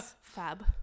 Fab